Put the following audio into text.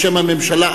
בשם הממשלה,